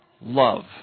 love